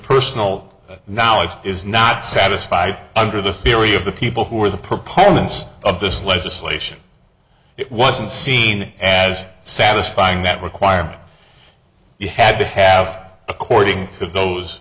personal knowledge is not satisfied under the theory of the people who are the proponents of this legislation it wasn't seen as satisfying that requirement you had to have according to those